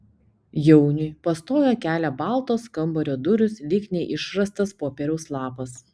jauniui pastoja kelią baltos kambario durys lyg neišrašytas popieriaus lapas